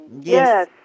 yes